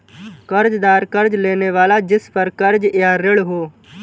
कर्ज़दार कर्ज़ लेने वाला जिसपर कर्ज़ या ऋण हो